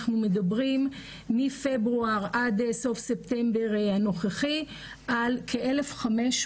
אנחנו מדברים מפברואר עד סוף ספטמבר הנוכחי על כ-1,500